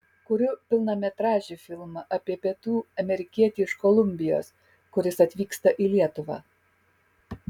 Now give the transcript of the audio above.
kuriu pilnametražį filmą apie pietų amerikietį iš kolumbijos kuris atvyksta į lietuvą